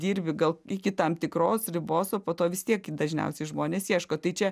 dirbi gal iki tam tikros ribos o po to vis tiek dažniausiai žmonės ieško tai čia